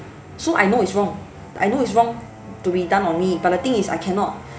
so I know it's wrong I know it's wrong to be done on me but the thing is I cannot